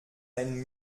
ein